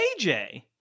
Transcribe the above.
AJ